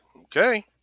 Okay